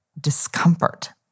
discomfort